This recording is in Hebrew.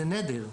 זה נדר,